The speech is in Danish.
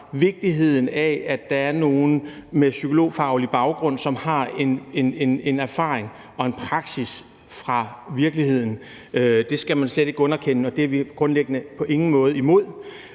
vigtigheden af, at der er nogle med psykologfaglig baggrund, som har en erfaring og en praksis fra virkeligheden. Det skal man slet ikke underkende. Og det er vi grundlæggende på ingen måde imod.